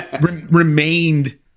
remained